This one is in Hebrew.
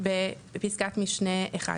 בפסקת משנה (1).